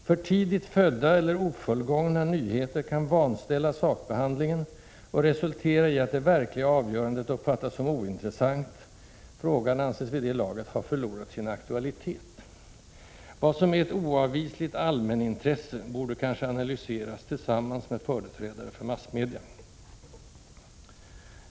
För tidigt födda — eller ofullgångna — ”nyheter” kan vanställa sakbehandlingen och resultera i att det verkliga avgörandet uppfattas som ointressant. Frågan anses vid det laget ha ”förlorat sin aktualitet.” Vad som är ett ”oavvisligt allmänintresse” borde kanske analyseras tillsammans med företrädare för massmedia.